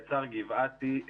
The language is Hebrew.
גצ"ר גבעתי,